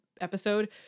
episode